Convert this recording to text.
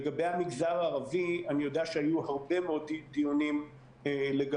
לגבי המגזר הערבי אני יודע שהיו הרבה מאוד דיונים לגבי